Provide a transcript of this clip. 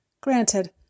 Granted